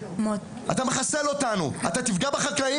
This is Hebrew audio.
אתה מחסל אותנו, אתה תפגע בחקלאים